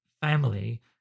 family